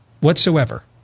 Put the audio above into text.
whatsoever